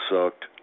sucked